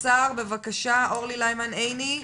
אורלי ליימן עיני,